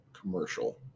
commercial